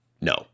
No